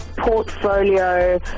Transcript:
portfolio